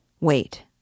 Wait